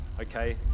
okay